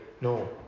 No